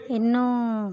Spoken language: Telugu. ఎన్నో